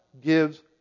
gives